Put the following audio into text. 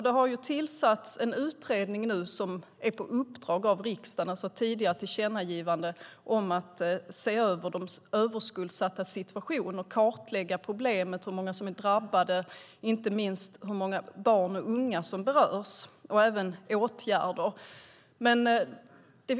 Det har tillsatts en utredning på uppdrag av riksdagen, alltså genom ett tidigare tillkännagivande, om att se över de överskuldsattas situation och kartlägga problemet med hur många som är drabbade, inte minst hur många barn och unga som berörs, och vilka åtgärder som kan vidtas.